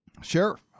Sure